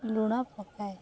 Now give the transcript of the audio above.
ଲୁଣ ପକାଏ